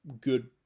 good